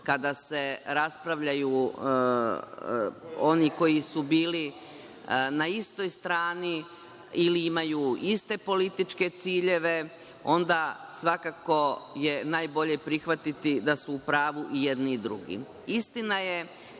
kada se raspravljaju oni koji su bili na istoj strani, ili imaju iste političke ciljeve, onda je svakako najbolje prihvatiti da su u pravu i jedni i drugi. Istina